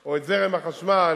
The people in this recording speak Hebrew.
או את זרם החשמל,